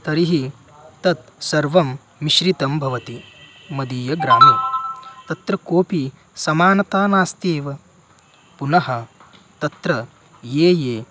तर्हि तत् सर्वं मिश्रितं भवति मदीये ग्रामे तत्र कोपि समानता नास्त्येव पुनः तत्र ये ये